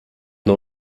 nur